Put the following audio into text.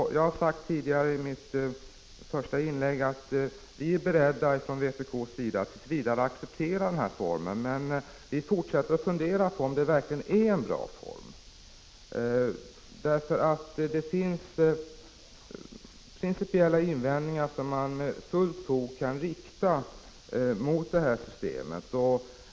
17 Jag sade i mitt första inlägg att vi från vpk:s sida är beredda att tills vidare acceptera den här formen. Men vi fortsätter att fundera över om det verkligen är en bra form. Man kan nämligen med fullt fog rikta principiella invändningar mot detta system.